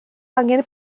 angen